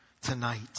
tonight